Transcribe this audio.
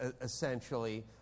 essentially